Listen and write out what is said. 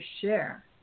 share